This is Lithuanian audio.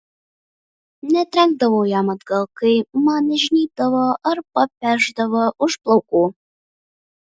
netrenkdavau jam atgal kai man įžnybdavo ar papešdavo už plaukų